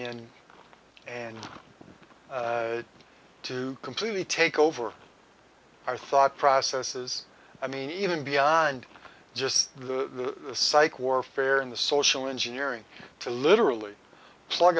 in and to completely take over our thought processes i mean even beyond just the psych warfare in the social engineering to literally plug